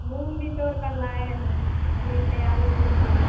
मूँग भी तोड़कर लाए हैं अभी तैयारी नहीं किए